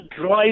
drive